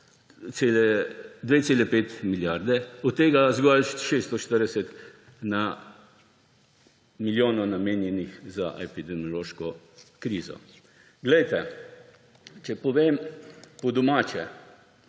2,5 milijarde, od tega je zgolj 640 milijonov namenjenih za epidemiološko krizo. Če povem po domače,